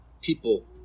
people